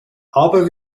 aber